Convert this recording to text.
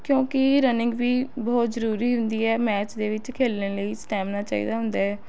ਕਿਉਂਕਿ ਰਨਿੰਗ ਵੀ ਬਹੁਤ ਜ਼ਰੂਰੀ ਹੁੰਦੀ ਹੈ ਮੈਚ ਦੇ ਵਿੱਚ ਖੇਡਣ ਲਈ ਸਟੈਮੀਨਾ ਚਾਹੀਦਾ ਹੁੰਦਾ ਹੈ